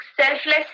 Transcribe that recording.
selfless